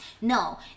No